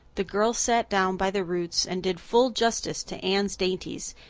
the girls sat down by the roots and did full justice to anne's dainties,